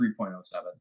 3.07